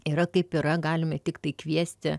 yra kaip yra galime tiktai kviesti